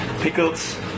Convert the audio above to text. pickles